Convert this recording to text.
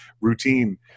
routine